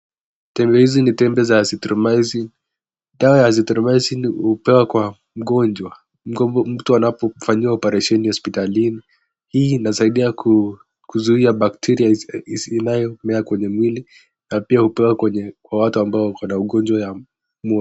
Tembe hizi ni tembe za Azithromycin, dawa ya Azithromycin hupewa kwa mgonjwa mtu anapofanyiwa operesheni hosiptalini, hii inasaidia kuzuia bacteria inayomea kwenye mwili na pia hupewa kwa watu ambao wako na ugonjwa wa moyo.